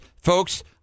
Folks